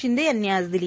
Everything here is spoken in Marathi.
शिंदे यांनी आज दिली